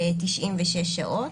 ל-96 שעות.